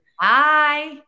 hi